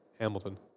Hamilton